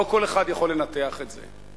לא כל אחד יכול לנתח את זה.